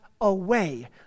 away